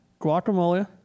Guacamole